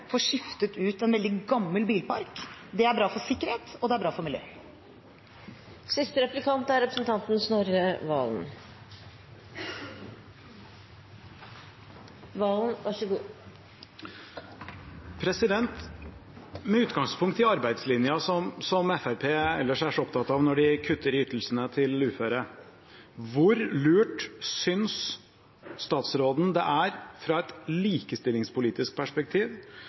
får skiftet ut en veldig gammel bilpark. Det er bra for sikkerheten og for miljøet. Med utgangspunkt i arbeidslinjen, som Fremskrittspartiet ellers er så opptatt av når de kutter i ytelsene til uføre: Hvor lurt synes statsråden det er fra et likestillingspolitisk perspektiv